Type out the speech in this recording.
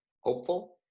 hopeful